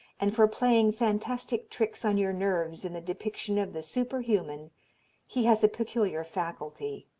and for playing fantastic tricks on your nerves in the depiction of the superhuman he has a peculiar faculty.